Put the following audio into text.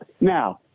now